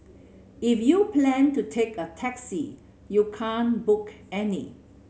if you plan to take a taxi you can't book any